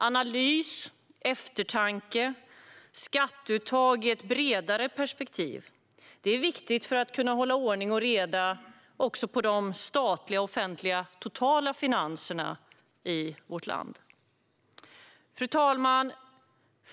Analys och eftertanke när det gäller skatteuttag i ett bredare perspektiv är viktigt också för att kunna hålla ordning och reda på vårt lands statliga offentliga finanser som helhet. Fru talman!